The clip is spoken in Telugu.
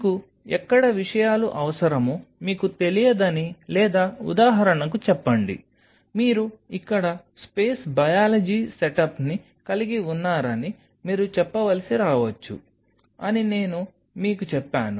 మీకు ఎక్కడ విషయాలు అవసరమో మీకు తెలియదని లేదా ఉదాహరణకు చెప్పండి మీరు ఇక్కడ స్పేస్ బయాలజీ సెటప్ని కలిగి ఉన్నారని మీరు చెప్పవలసి రావచ్చు అని నేను మీకు చెప్పాను